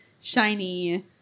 shiny